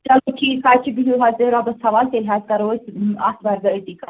چلو ٹھیٖک حظ چھُ بِہِو حظ تیٚلہِ خۄدایس حوال تیٚلہِ حظ کَرو أسۍ آتھوَارِ دۄہ أتے کتھ